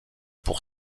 pour